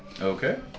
Okay